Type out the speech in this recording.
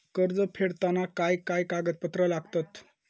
कर्ज फेडताना काय काय कागदपत्रा लागतात?